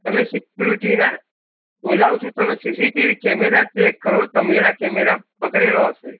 તમે સિક્યુરિટીના બોલાવું છું તમે સીસીટીવી કેમેરા ચેક કરો તમારો કેમેરા બગડેલો હશે